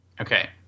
Okay